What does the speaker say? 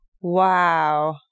Wow